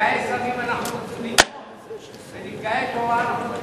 נפגעי סמים אנחנו, ונפגעי תורה אני חושב,